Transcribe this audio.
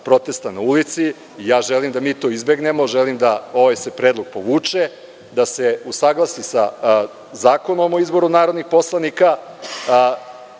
protesta na ulici. Želim da mi to izbegnemo. Želim da se ovaj predlog povuče, da se usaglasi sa Zakonom o izboru narodnih poslanika,